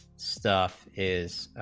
staff is